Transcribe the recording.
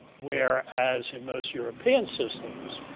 whereas in most european systems,